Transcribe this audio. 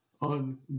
on